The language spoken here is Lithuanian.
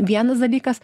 vienas dalykas